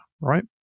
right